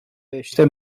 beşte